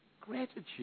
Gratitude